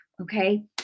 Okay